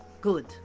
good